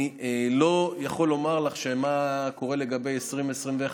אני לא יכול לומר לך מה קורה לגבי 2021,